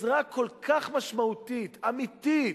עזרה כל כך משמעותית, אמיתית,